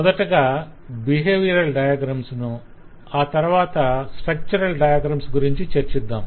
మొదటగా behavioural diagrams ను ఆ తరవాత స్ట్రక్చరల్ డయాగ్రమ్స్ గురించి చర్చిద్దాం